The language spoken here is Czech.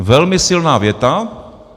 Velmi silná věta.